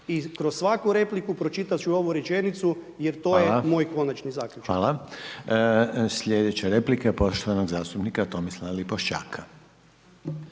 I kroz svaku repliku pročitati ću ovu rečenicu, jer to je moj konačni zaključak. **Reiner, Željko (HDZ)** Hvala. Sljedeća replika je poštovanog zastupnika Tomislava Lipošćaka.